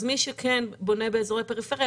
אז מי שכן בונה באזורי פריפריה,